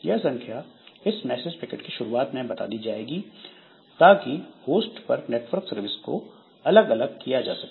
यह संख्या इस मैसेज पैकेट के शुरुआत में बता दी जाएगी ताकि होस्ट पर नेटवर्क सर्विस को अलग अलग किया जा सके